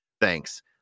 Thanks